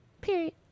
Period